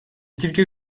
quelque